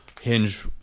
hinge